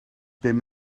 bum